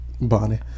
Bonnie